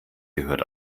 gehört